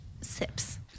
sips